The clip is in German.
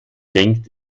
denkt